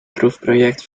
proefproject